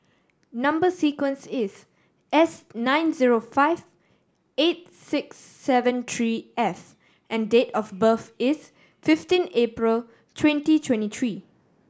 number sequence is S nine zero five eight six seven three F and date of birth is fifteen April twenty twenty three